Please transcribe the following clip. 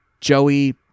Joey